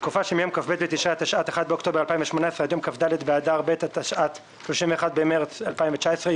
התקופה הראשונה מה-1 באוקטובר 2018 ועד ה-31 במרץ 2019,